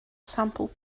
sampl